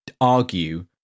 argue